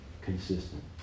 consistent